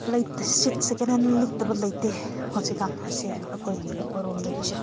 ꯂꯩ ꯁꯦꯀꯦꯟꯍꯦꯟ ꯂꯤꯠꯇꯕ ꯂꯩꯇꯦ ꯍꯧꯖꯤꯛꯀꯥꯟ ꯑꯁꯦ ꯑꯩꯈꯣꯏꯒꯤ ꯑꯩꯈꯣꯏꯔꯣꯝꯗꯒꯤꯁꯦ